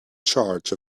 charge